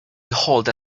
behold